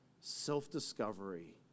self-discovery